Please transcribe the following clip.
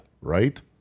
right